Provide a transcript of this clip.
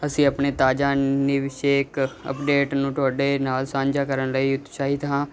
ਅਸੀਂ ਆਪਣੇ ਤਾਜਾ ਨਿਵਸ਼ੇਕ ਅੱਪਡੇਟ ਨੂੰ ਤੁਹਾਡੇ ਨਾਲ ਸਾਂਝਾ ਕਰਨ ਲਈ ਉਤਸ਼ਾਹਿਤ ਹਾਂ